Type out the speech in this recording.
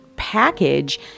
package